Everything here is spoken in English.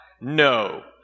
No